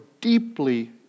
deeply